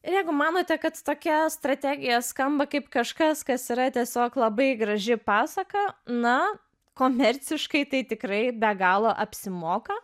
ir jeigu manote kad tokia strategija skamba kaip kažkas kas yra tiesiog labai graži pasaka na komerciškai tai tikrai be galo apsimoka